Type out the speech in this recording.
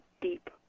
deep